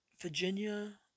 Virginia